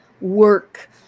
work